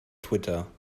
twitter